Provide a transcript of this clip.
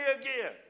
again